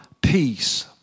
peace